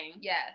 Yes